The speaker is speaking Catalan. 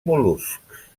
mol·luscs